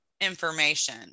Information